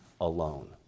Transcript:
alone